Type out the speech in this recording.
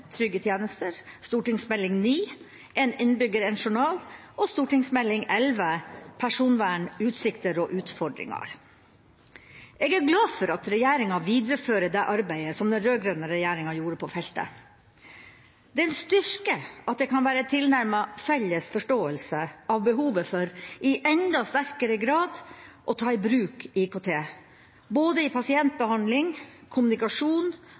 trygge tjenester, Meld. St. 9 for 2012–2013, Én innbygger – én journal, og Meld. St. 11 for 2012–2013, Personvern – utsikter og utfordringar. Jeg er glad for at regjeringa viderefører det arbeidet som den rød-grønne regjeringa gjorde på feltet. Det er en styrke at det kan være en tilnærmet felles forståelse av behovet for i enda sterkere grad å ta i bruk IKT, både i pasientbehandling, i kommunikasjon